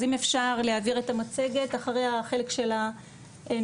אז אם אפשר להעביר את המצגת אחרי החלק של הנתונים,